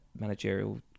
managerial